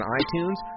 iTunes